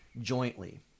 jointly